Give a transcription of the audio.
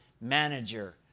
manager